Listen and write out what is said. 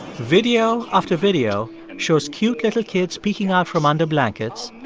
video after video shows cute little kids peeking out from under blankets,